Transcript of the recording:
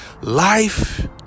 Life